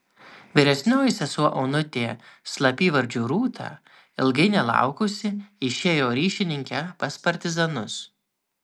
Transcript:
vyresnioji sesuo onutė slapyvardžiu rūta ilgai nelaukusi išėjo ryšininke pas partizanus